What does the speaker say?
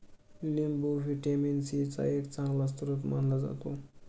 लिंबू vitamin C चा एक चांगला स्रोत मानला जातो